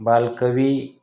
बालकवी